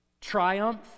triumph